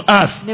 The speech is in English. earth